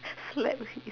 slap his